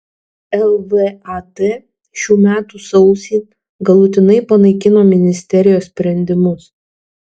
lvat šių metų sausį galutinai panaikino ministerijos sprendimus